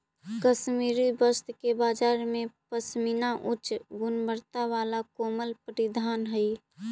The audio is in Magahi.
कश्मीरी वस्त्र के बाजार में पशमीना उच्च गुणवत्ता वाला कोमल परिधान हइ